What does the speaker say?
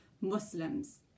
Muslims